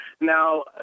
now